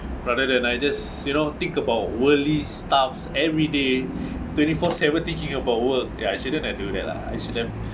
rather than I just you know think about worthy stuffs everyday twenty four seven thinking about work ya I shouldn't do that lah I shouldn't